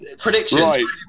predictions